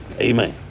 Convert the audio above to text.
Amen